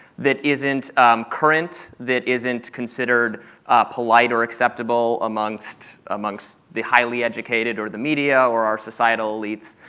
that isn't current, that isn't considered polite or acceptable amongst amongst the highly educated or the media or our societal elites,